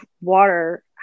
water